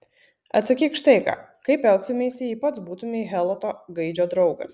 atsakyk štai ką kaip elgtumeisi jei pats būtumei heloto gaidžio draugas